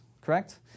correct